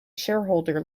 shareholder